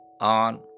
on